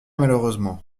malheureusement